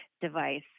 device